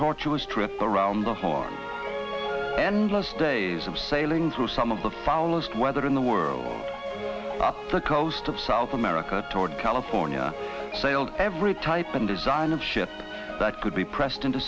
tortuous trip around the horn endless days of sailing through some of the foulest weather in the world up the coast of south america toward california sailed every type and design of ships that could be pressed into